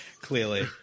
Clearly